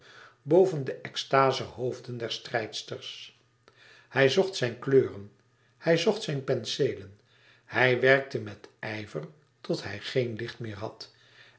boven de extazehoofden der strijdsters hij zocht zijne kleuren hij zocht zijn penseelen hij werkte met ijver tot hij geen licht meer had